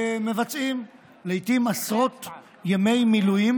ומבצעים לעיתים עשרות ימי מילואים.